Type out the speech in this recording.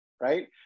right